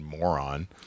moron